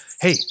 Hey